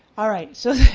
alright, so